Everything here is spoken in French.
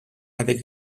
avec